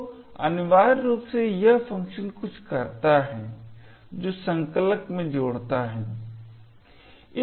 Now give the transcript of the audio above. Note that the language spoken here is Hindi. तो अनिवार्य रूप से यह फंक्शन कुछ करता हैजो संकलक में जोड़ता है